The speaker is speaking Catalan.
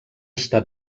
està